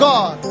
God